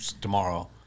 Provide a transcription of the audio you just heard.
tomorrow